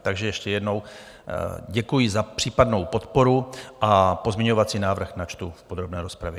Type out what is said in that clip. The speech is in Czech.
Takže ještě jednou děkuji za případnou podporu a pozměňovací návrh načtu v podrobné rozpravě.